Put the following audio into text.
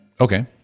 Okay